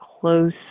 close